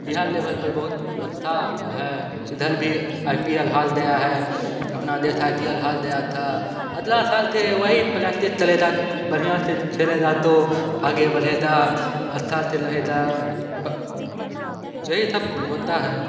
बिहार लेबल पर बहुत अच्छा है इधर भी आई पी एल हार गया है अपना देश आई पी एल हार गया था अगला साल से वही प्लेतिथ चलेगा बढ़िया से खेलेगा तो आगे बढ़ेगा अच्छा से रहेगा ब यही सब होता है